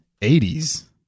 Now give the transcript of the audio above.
80s